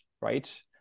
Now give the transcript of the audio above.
Right